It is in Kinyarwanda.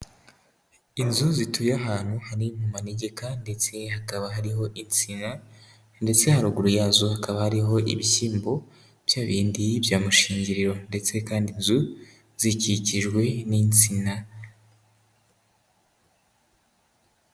Inzu zituye ahantu hari mu manegeka ndetse hakaba hariho insina ndetse haruguru yazo hakaba hariho ibishyimbo bya bindi bya mushingiriro ndetse kandi inzu zikikijwe n'insina.